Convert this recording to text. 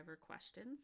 questions